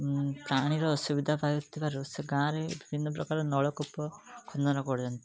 ପାଣିର ଅସୁବିଧା ପାଉଥିବାରୁ ସେ ଗାଁରେ ବିଭିନ୍ନ ପ୍ରକାର ନଳକୂପ ଖୋଦନ କରୁଛନ୍ତି